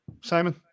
Simon